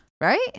Right